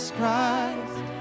Christ